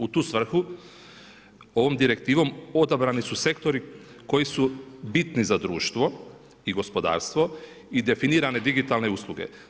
U tu svrhu ovom direktivom odabrani su sektori koji su bitni za društvo i gospodarstvo i definirane digitalne usluge.